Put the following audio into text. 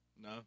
No